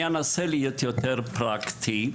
אני אנסה להיות יותר פרקטי,